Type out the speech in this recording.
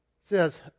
says